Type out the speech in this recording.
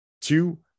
Two